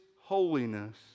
holiness